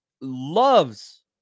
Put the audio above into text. loves